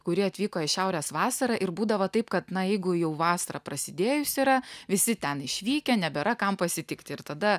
kuri atvyko į šiaurės vasarą ir būdavo taip kad na jeigu jau vasara prasidėjus yra visi ten išvykę nebėra kam pasitikti ir tada